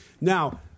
Now